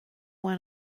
one